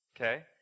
okay